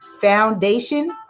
Foundation